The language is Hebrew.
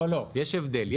לא, יש הבדל.